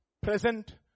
present